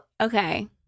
okay